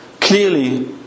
clearly